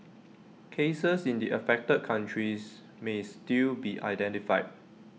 cases in the affected countries may still be identified